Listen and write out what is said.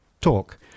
talk